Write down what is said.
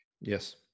Yes